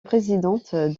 présidente